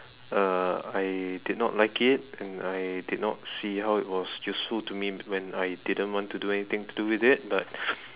uh I did not like it and I did not see how it was useful to me when I didn't want to do anything to do with it but